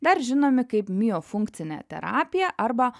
dar žinomi kaip miofunkcinė terapija arba